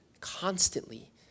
constantly